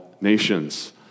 Nations